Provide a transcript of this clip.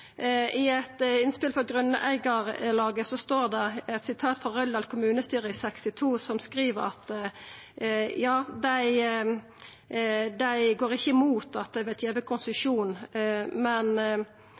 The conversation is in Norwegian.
I eit innspel frå grunneigarlaget er det referert frå Røldal kommunestyre i 1962. Der skriv dei at dei ikkje går imot at det